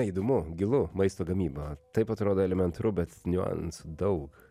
įdomu gilu maisto gamyba taip atrodo elementaru bet niuansų daug